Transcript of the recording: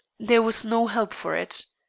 there was no help for it.